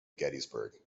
gettysburg